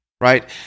right